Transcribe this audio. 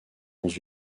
dans